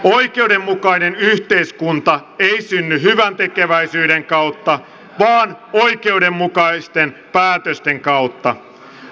oikeudenmukainen yhteiskunta ei synny hyväntekeväisyyden kautta vaan oikeudenmukaisten päätösten kautta